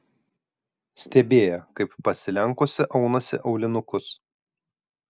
stebėjo kaip pasilenkusi aunasi aulinukus